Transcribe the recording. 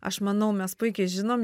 aš manau mes puikiai žinom